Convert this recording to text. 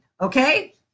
Okay